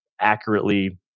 accurately